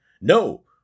No